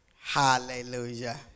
Hallelujah